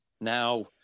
now